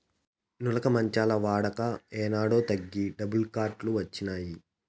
నులక మంచాల వాడక ఏనాడో తగ్గి డబుల్ కాట్ లు వచ్చినాయి